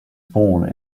born